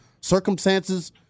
circumstances